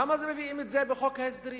למה מביאים את זה בחוק ההסדרים?